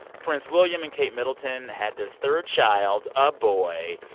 prince william and kate middleton had their third child, a boy.